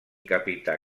capità